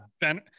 Ben